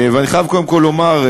אני חייב קודם כול לומר,